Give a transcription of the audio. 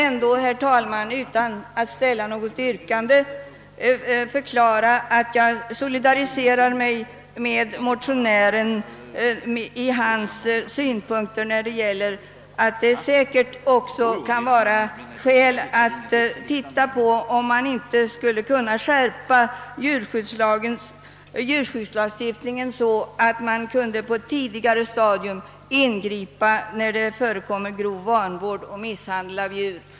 Men jag vill ändå, utan att ställa något yrkande, förklara att jag solidariserar mig med motionären när han framhåller att det också kan vara skäl i att undersöka om inte djurskyddslagstiftningen skulle kunna skärpas, så att ingripande kunde ske på ett tidigare stadium när det förekommer vanvård och misshandel av djur.